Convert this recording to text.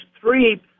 three